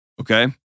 Okay